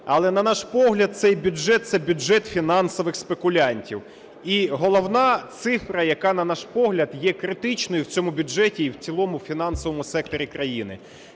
Але, на наш погляд, цей бюджет – це бюджет фінансових спекулянтів. І головна цифра, яка, на наш погляд, є критичною в цьому бюджеті і в цілому у фінансовому секторі країни